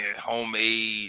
homemade